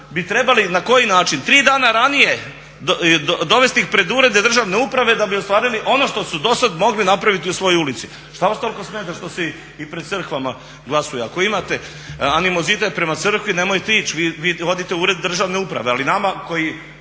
bi trebali na koji način? Tri dana ranije dovesti ih pred urede državne uprave da bi ostvarili ono što su dosad mogli napraviti u svojoj ulici. Što vas toliko smeta što se i pred crkvama glasuje? Ako imate animozitet prema crkvi nemojte ići, vi odite u Ured državne uprave ali nama kojima